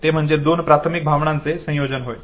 ते म्हणजे दोन प्राथमिक भावनांचे संयोजन होय